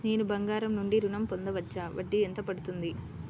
నేను బంగారం నుండి ఋణం పొందవచ్చా? వడ్డీ ఎంత పడుతుంది?